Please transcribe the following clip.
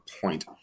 point